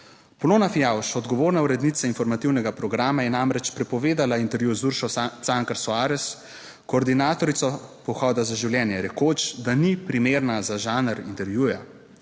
Polona Fijavž, odgovorna urednica informativnega programa, je namreč prepovedala intervju z Uršo Cankar Soares, koordinatorico Pohoda za življenje, rekoč, da ni primerna za žanr intervjuja.